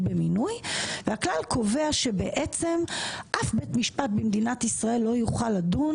במינוי) - הכלל קובע שבעצם אף בית משפט במדינת ישראל לא יוכל לדון